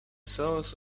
source